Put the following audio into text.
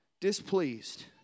displeased